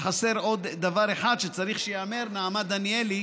שחסר עוד דבר אחד שצריך שייאמר: נעמה דניאל,